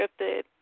scripted